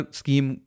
scheme